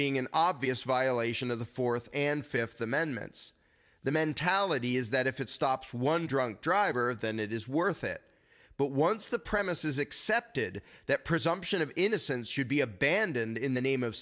being an obvious violation of the fourth and fifth amendments the mentality is that if it stops one drunk driver than it is worth it but once the premises accepted that presumption of innocence should be abandoned in the name of